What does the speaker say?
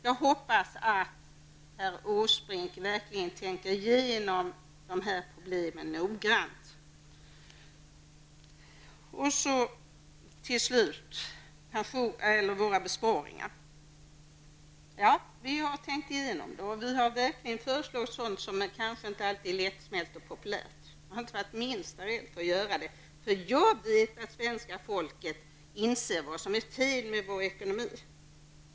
Jag hoppas att herr Åsbrink verkligen tänker igenom problemen noggrant. Sedan till frågan om våra besparingar. Vi har tänkt igenom våra förslag och föreslagit sådant som kanske inte alltid är lättsmält och populärt. Jag har inte varit det minsta rädd för att göra det, eftersom jag vet att svenska folket inser vad som är fel med vår ekonomi.